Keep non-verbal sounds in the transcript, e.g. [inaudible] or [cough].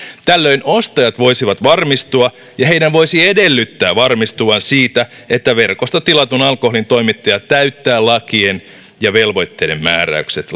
tällöin ostajat voisivat varmistua ja heidän voisi edellyttää varmistuvan siitä että verkosta tilatun alkoholin toimittaja täyttää lakien ja velvoitteiden määräykset [unintelligible]